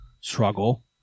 struggle